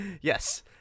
yes